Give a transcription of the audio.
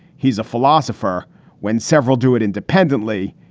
he's a philosopher when several do it independently.